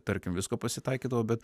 tarkim visko pasitaikydavo bet